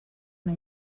una